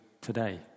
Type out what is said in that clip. today